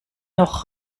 noch